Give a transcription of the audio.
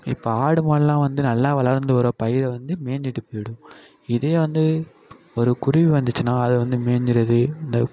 இப்போ ஆடு மாடுலாம் வந்து நல்லா வளர்ந்து வர பயிரை வந்து மேஞ்சுட்டு போயிடும் இதே வந்து ஒரு குருவி வந்துச்சின்னால் அதை வந்து மேஞ்சிடுது இந்த